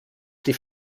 die